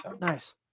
Nice